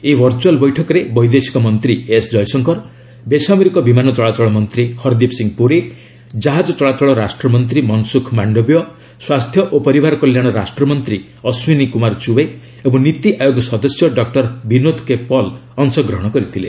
ଏହି ଭର୍ଚୁଆଲ୍ ବୈଠକରେ ବୈଦେଶିକ ମନ୍ତ୍ରୀ ଏସ୍ ଜୟଶଙ୍କର ବେସାମରିକ ବିମାନ ଚଳାଚଳ ମନ୍ତ୍ରୀ ହରଦୀପ ସିଂହ ପୁରୀ ଜାହାଜ ଚଳାଚଳ ରାଷ୍ଟ୍ରମନ୍ତ୍ରୀ ମନସୁଖ ମାଣ୍ଡବିୟ ସ୍ୱାସ୍ଥ୍ୟ ଓ ପରିବାର କଲ୍ୟାଣ ରାଷ୍ଟ୍ରମନ୍ତ୍ରୀ ଅଶ୍ୱିନୀ କୁମାର ଚୁବେ ଏବଂ ନୀତି ଆୟୋଗ ସଦସ୍ୟ ଡକୁର ବିନୋଦ କେ ପଲ୍ ଅଂଶଗ୍ରହଣ କରିଥିଲେ